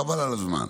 חבל על הזמן.